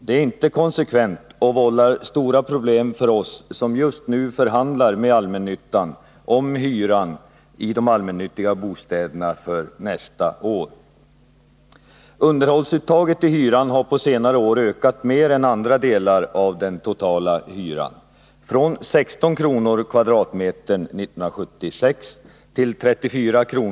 Det är inte konsekvent och vållar stora problem för oss som just nu förhandlar med de allmännyttiga bostadsföretagen om hyran för nästa år. Underhållsuttaget i hyran har på senare år ökat mer än andra delar av den totala hyran — från 16 kr. per kvadratmeter år 1976 till 34 kr.